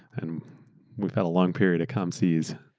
and we've got a long period of calm seas.